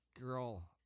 girl